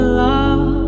love